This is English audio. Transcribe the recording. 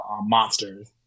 monsters